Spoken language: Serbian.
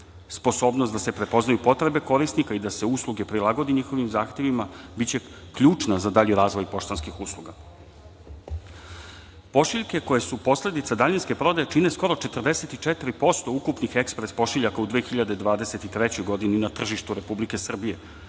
Sposobnost da se prepoznaju potrebe korisnika i da se usluge prilagode njihovim zahtevima biće ključna za dalji razvoj poštanskih usluga. Pošiljke koje su posledica daljinske prodaje čine skoro 44% ukupnih ekspres pošiljaka u 2023. godini na tržištu Republike Srbije,